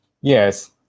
Yes